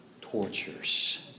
tortures